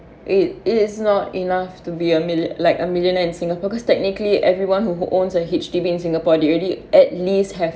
it it is not enough to be a mil~ like a millionaire in singapore because technically everyone who owns a H_D_B in singapore they already at least have